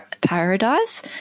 Paradise